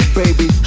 baby